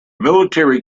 military